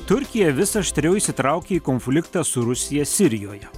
turkija vis aštriau įsitraukė į konfliktą su rusija sirijoje